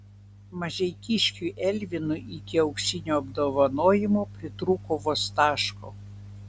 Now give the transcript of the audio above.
mažeikiškiui elvinui iki auksinio apdovanojimo pritrūko vos taško